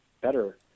better